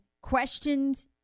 questioned